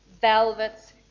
velvets